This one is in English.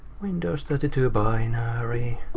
windows thirty two binary,